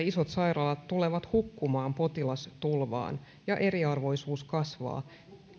isot sairaalat tulevat hukkumaan potilastulvaan ja eriarvoisuus kasvaa